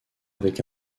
avec